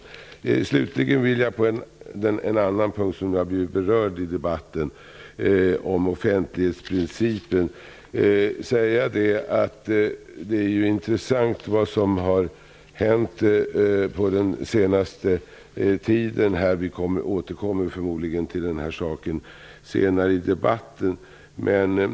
Till sist vill jag kommentera en annan punkt som har blivit berörd i debatten, nämligen offentlighetsprincipen. Det som har hänt under den senaste tiden är intressant. Vi återkommer förmodligen till detta senare i debatten.